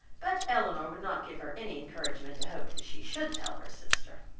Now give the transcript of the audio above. but elinor would not give her any encouragement to hope that she should tell her sister.